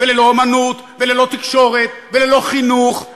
וללא אמנות וללא תקשורת וללא חינוך.